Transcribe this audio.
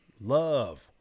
love